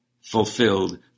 fulfilled